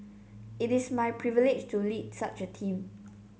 it is my privilege to lead such a team